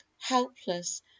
helpless